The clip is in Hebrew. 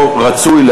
או רצוי,